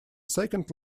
second